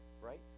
Right